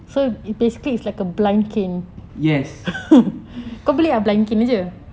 yes